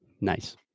Nice